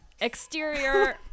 exterior